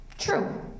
True